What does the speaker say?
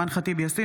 אימאן ח'טיב יאסין,